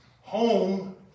home